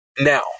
Now